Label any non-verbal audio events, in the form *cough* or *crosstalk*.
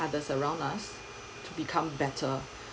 others around us to become better *breath*